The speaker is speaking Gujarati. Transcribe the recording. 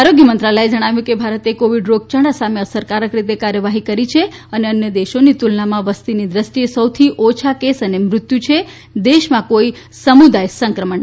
આરોગ્ય મંત્રાલયે જણાવ્યું છે કે ભારતે કોવિડ રોગયાળા સામે અસરકારક રીતે કાર્યવાહી કરી છે અને અન્ય દેશોની તુલનામાં વસ્તીની દ્રષ્ટિએ સૌથી ઓછા કેસ અને મૃત્યુ છે અને દેશમાં કોઈ સમુદાય સંક્રમણ નથી